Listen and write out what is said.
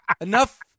Enough